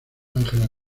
ángela